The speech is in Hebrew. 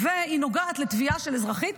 והיא נוגעת לתביעה של אזרחית